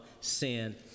sin